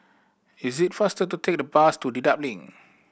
is it faster to take the bus to Dedap Link